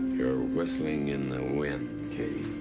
whistling in the wind, katie.